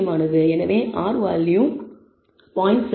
எனவே r value 0